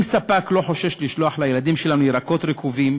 אם ספק לא חושש לשלוח לילדים שלנו ירקות רקובים,